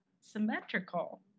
symmetrical